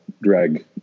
drag